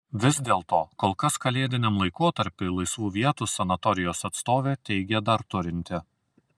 vis dėlto kol kas kalėdiniam laikotarpiui laisvų vietų sanatorijos atstovė teigė dar turinti